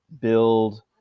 build